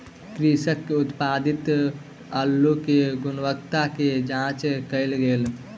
कृषक के उत्पादित अल्लु के गुणवत्ता के जांच कएल गेल